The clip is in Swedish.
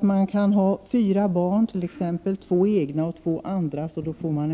Man skall kunna ha fyra barn, t.ex. två egna och två övriga, och få full lön.